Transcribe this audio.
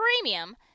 Premium